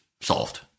solved